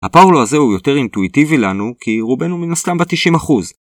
ה power law הזה הוא יותר אינטואיטיבי לנו, כי רובנו מן הסתם ב-90%.